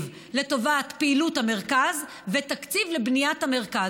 לטובת פעילות המרכז ותקציב לבניית המרכז.